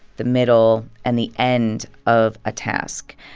the middle and the end of a task.